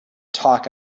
talk